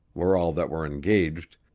were all that were engaged,